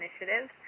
Initiative